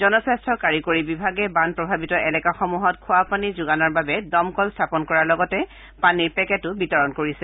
জনস্বাস্থ্য কাৰিকৰী বিভাগে বান প্ৰভাৱিত এলেকাসমূহত খোৱা পানী যোগানৰ বাবে দমকল স্থাপন কৰাৰ লগতে পানীৰ পেকেটো বিতৰণ কৰিছে